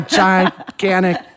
gigantic